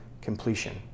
completion